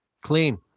clean